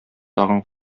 тагын